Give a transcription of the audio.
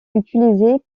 utilisée